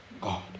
God